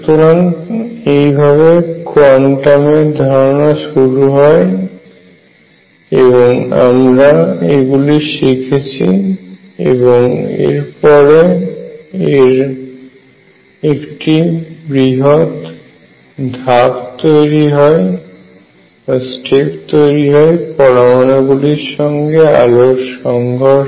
সুতরাং এইভাবে কোয়ান্টাম এর ধারণা শুরু হয় এবং আমরা এগুলি শিখেছি এবং এর পরে এর একটি বৃহৎ ধাপ তৈরি হয় পরমাণু গুলির সঙ্গে আলোর সংঘর্ষ